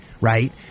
right